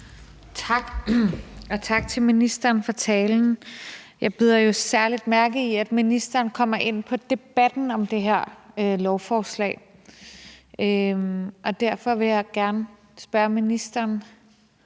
Tak. Og tak til ministeren for talen. Jeg bider jo særlig mærke i, at ministeren kommer ind på debatten om det her lovforslag, og derfor vil jeg gerne spørge ministeren,